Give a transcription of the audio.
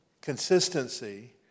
consistency